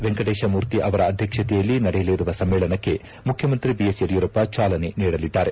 ವೆಂಕಟೇಶ ಮೂರ್ತಿ ಅವರ ಅಧ್ವಕ್ಷತೆಯಲ್ಲಿ ನಡೆಯಲಿರುವ ಸಮ್ಮೇಳನಕ್ಕೆ ಮುಖ್ಯಮಂತ್ರಿ ಬಿಎಸ್ ಯಡಿಯೂರಪ್ಪ ಜಾಲನೆ ನೀಡಲಿದ್ದಾರೆ